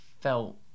felt